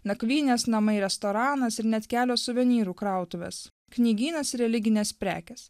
nakvynės namai restoranas ir net kelios suvenyrų krautuvės knygynas religinės prekės